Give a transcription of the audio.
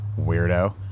Weirdo